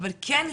אבל כן,